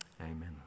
Amen